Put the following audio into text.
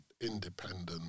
independent